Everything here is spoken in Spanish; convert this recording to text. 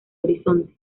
horizonte